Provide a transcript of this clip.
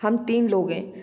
हम तीन लोग हैं